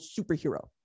superhero